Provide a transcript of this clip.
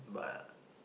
but